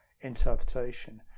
interpretation